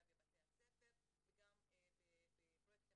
אבל ברובו,